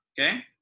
okay